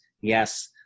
yes